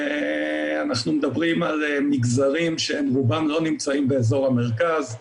אנחנו מדברים על מגזרים שרובם לא נמצאים באזור המרכז,